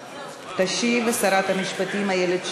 תשיב שרת המשפטים איילת שקד.